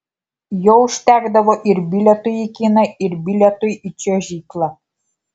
jo užtekdavo ir bilietui į kiną ir bilietui į čiuožyklą